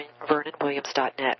VernonWilliams.net